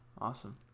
Awesome